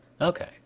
Okay